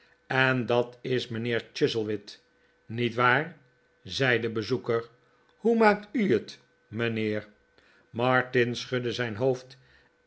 en dat is mijnheer chuzzlewit niet waar zei de bezoeker hoe maakt u het mijnheer martin schudde zijn hoofd